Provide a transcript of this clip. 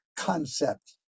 concept